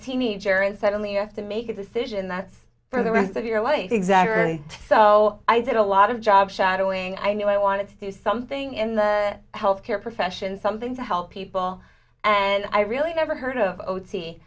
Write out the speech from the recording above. teenager and suddenly you have to make a decision that's for the rest of your life exactly so i did a lot of job shadowing i knew i wanted to do something in the health care professions something to help people and i really never heard of o